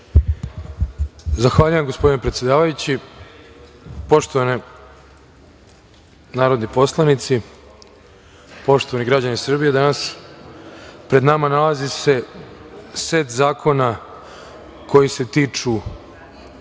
Zahvaljujem, gospodine predsedavajući. Poštovani narodni poslanici, poštovani građani Srbije, danas se pred nama nalazi set zakona koji se tiču